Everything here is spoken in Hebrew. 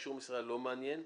אישור מסירה לא מעניין.